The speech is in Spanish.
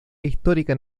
histórica